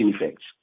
effects